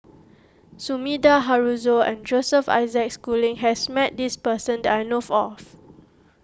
Sumida Haruzo and Joseph Isaac Schooling has met this person that I know of